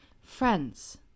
Friends